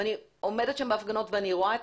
אני עומדת שם בהפגנות ואני רואה את